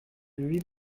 huit